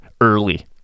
early